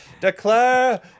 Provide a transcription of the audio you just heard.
Declare